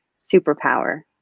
superpower